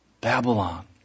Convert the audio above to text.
Babylon